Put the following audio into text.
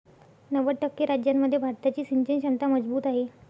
नव्वद टक्के राज्यांमध्ये भारताची सिंचन क्षमता मजबूत आहे